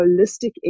holistic